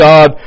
God